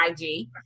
IG